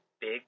big